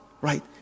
Right